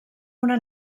una